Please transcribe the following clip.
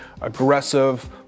aggressive